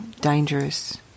dangerous